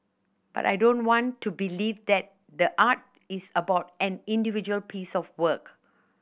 but I don't want to believe that the art is about an individual piece of work